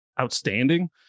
outstanding